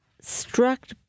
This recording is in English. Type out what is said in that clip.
struck